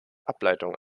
ableitung